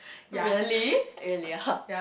really really !huh!